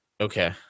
Okay